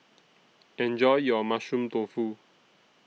Enjoy your Mushroom Tofu